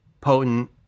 potent